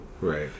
right